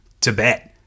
Tibet